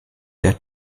sehr